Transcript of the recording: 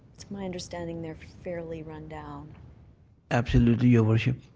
it's my understanding they're fairly rundown absolutely, your worship.